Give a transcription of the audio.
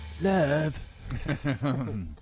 love